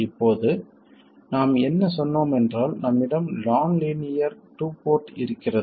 இப்போது நாம் என்ன சொன்னோம் என்றால் நம்மிடம் நான் லீனியர் டூ போர்ட் இருக்கிறது